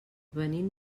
venim